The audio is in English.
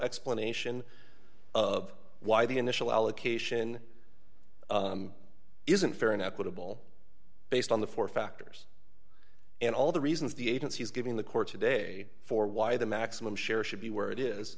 explanation of why the initial allocation isn't fair and equitable based on the four factors and all the reasons the agency is giving the court today for why the maximum share should be where it is